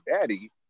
daddy